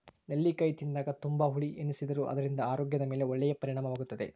ನೆಲ್ಲಿಕಾಯಿ ತಿಂದಾಗ ತುಂಬಾ ಹುಳಿ ಎನಿಸಿದರೂ ಅದರಿಂದ ಆರೋಗ್ಯದ ಮೇಲೆ ಒಳ್ಳೆಯ ಪರಿಣಾಮವಾಗುತ್ತದೆ